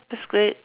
that's great